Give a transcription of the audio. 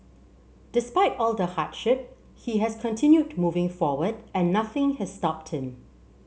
despite all the hardship he has continued moving forward and nothing has stopped him